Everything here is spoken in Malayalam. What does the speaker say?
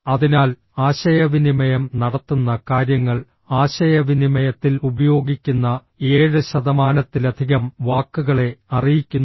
അതിനാൽ ആശയവിനിമയം നടത്തുന്ന കാര്യങ്ങൾ ആശയവിനിമയത്തിൽ ഉപയോഗിക്കുന്ന 7 ശതമാനത്തിലധികം വാക്കുകളെ അറിയിക്കുന്നു